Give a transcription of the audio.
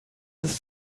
ist